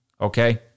Okay